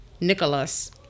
Nicholas